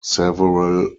several